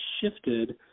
shifted